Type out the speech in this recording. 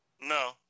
No